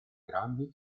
grandi